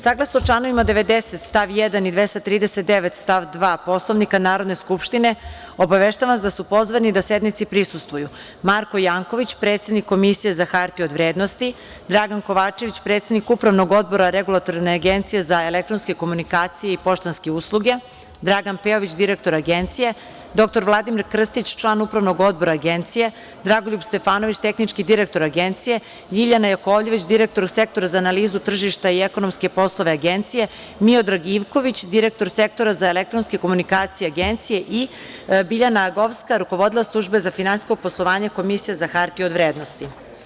Saglasno članovima 90. stav 1. i 239. stav 2. Poslovnika Narodne skupštine, obaveštavam vas da su pozvani sednici da prisustvuju: Marko Janković, predsednik Komisije za hartije od vrednosti, Dragan Kovačević, predsednik Upravnog odbora Regulatorne agencije za elektronske komunikacije i poštanske usluge, Dragan Pejović, direktor Agencije, dr Vladimir Krstić, član Upravnog odbora Agencije, Dragoljub Stefanović, tehnički direktor Agencije, Ljiljana Jakovljević, direktor Sektora za analizu tržišta i ekonomske poslove Agencije, Miodrag Ivković, direktor sektora za elektronske komunikacije Agencije, i Biljana Agovska, rukovodilac Službe za finansijsko poslovanje Komisije za hartije od vrednosti.